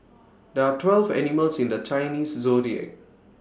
there are twelve animals in the Chinese Zodiac